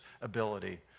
ability